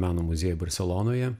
meno muziejuj barselonoje